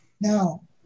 Now